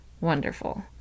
wonderful